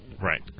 Right